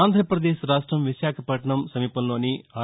ఆంధ్రప్రదేశ్ రాష్ట్రం విశాఖపట్టణం సమీపంలోని ఆర్